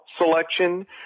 selection